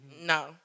No